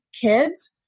kids